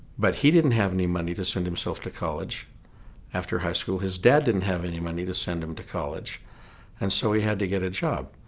but he didn't have any money to send himself to college after high school, his dad didn't have any money to send him to college and so he had to get a job.